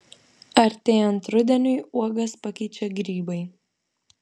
artėjant rudeniui uogas pakeičia grybai